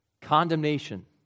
Condemnation